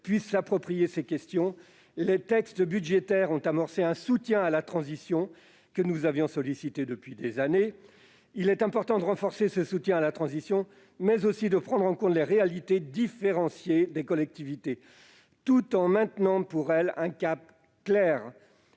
puissent s'approprier ces questions. Les textes budgétaires ont amorcé un soutien à la transition- nous l'avions sollicité depuis des années -qu'il est important de renforcer. Il s'agit également de prendre en compte les réalités différenciées des collectivités, tout en maintenant le cap clair